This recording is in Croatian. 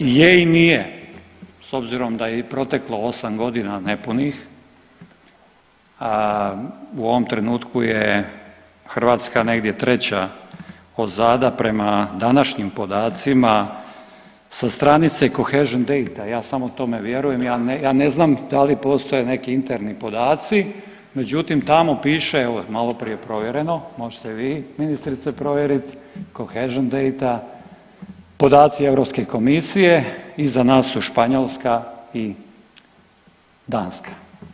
Je i nije, s obzirom da je i proteklo 8 godina nepunih, u ovom trenutku je Hrvatska negdje 3. odozada prema današnjim podacima sa stranice Cohesion data, ja samo tome vjerujem, ja ne znam da li postoje neki interni podaci, međutim, tamo piše, evo, maloprije je provjereno, možete vi, ministrice, provjeriti, Cohesion data, podaci EU komisije, iza nas su Španjolska i Danska.